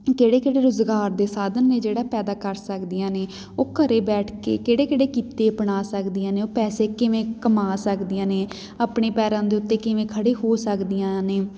ਕਿਹੜੇ ਕਿਹੜੇ ਰੁਜ਼ਗਾਰ ਦੇ ਸਾਧਨ ਨੇ ਜਿਹੜਾ ਪੈਦਾ ਕਰ ਸਕਦੀਆਂ ਨੇ ਉਹ ਘਰ ਬੈਠ ਕੇ ਕਿਹੜੇ ਕਿਹੜੇ ਕਿੱਤੇ ਅਪਣਾ ਸਕਦੀਆਂ ਨੇ ਉਹ ਪੈਸੇ ਕਿਵੇਂ ਕਮਾ ਸਕਦੀਆਂ ਨੇ ਆਪਣੇ ਪੈਰਾਂ ਦੇ ਉਤੇ ਕਿਵੇਂ ਖੜ੍ਹੇ ਹੋ ਸਕਦੀਆਂ ਨੇ